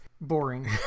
boring